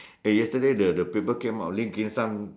eh yesterday the the paper came out Lim-Kim-sang